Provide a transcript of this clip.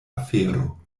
afero